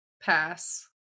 Pass